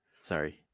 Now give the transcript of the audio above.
Sorry